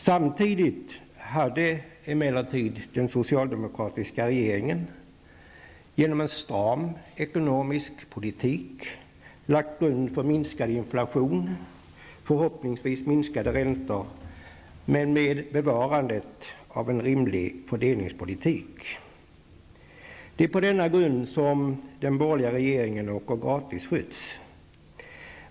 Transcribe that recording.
Samtidigt hade emellertid den socialdemokratiska regeringen genom en stram ekonomisk politik lagt grunden för minskad inflation, förhoppningsvis minskade räntor, men med bevarande av en rimlig fördelningspolitik. Det är på denna grund som den borgerliga regeringen åker gratisskjuts.